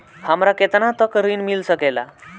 हमरा केतना तक ऋण मिल सके ला?